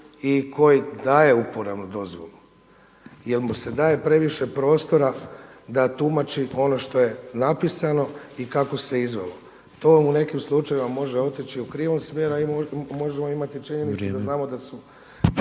i koji daje uporabnu dozvolu, jer mu se daje previše prostora da tumači ono što je napisano i kako se izvelo. To u nekim slučajevima može otići u krivom smjeru, a možemo imati činjenicu da znamo da su